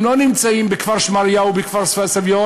הם לא נמצאים בכפר-שמריהו או בכפר סביון,